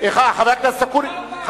ישראל מפורזת, התחנה הבאה.